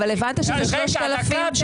נשאל את רשות המיסים.